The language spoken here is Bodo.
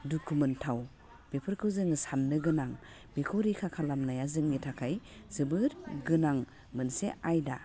दुखु मोनथाव बेफोरखौ जोङो साननो गोनां बेखौ रैखा खालामनाया जोंनि थाखाय जोबोर गोनां मोनसे आयदा